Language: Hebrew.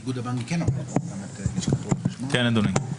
כן, אדוני.